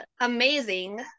amazing